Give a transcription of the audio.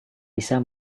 bisa